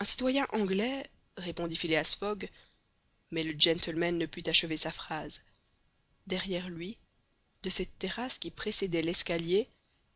un citoyen anglais répondit phileas fogg mais le gentleman ne put achever sa phrase derrière lui de cette terrasse qui précédait l'escalier